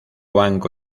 banco